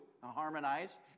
harmonize